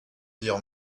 dire